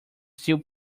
still